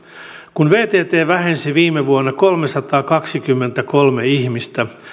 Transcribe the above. kun vtt vähensi viime vuonna kolmesataakaksikymmentäkolme ihmistä